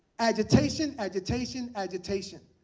agitation, agitation, agitation.